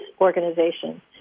organization